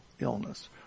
illness